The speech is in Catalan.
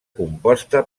composta